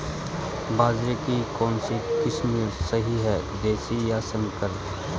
बाजरे की कौनसी किस्म सही हैं देशी या संकर?